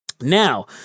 Now